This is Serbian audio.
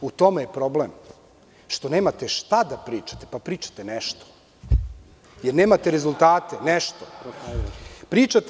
U tome je problem što nemate šta da pričate, pa pričate nešto, jer nemate rezultate, nešto, pričate.